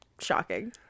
shocking